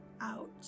Out